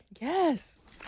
yes